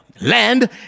land